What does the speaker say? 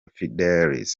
fidelis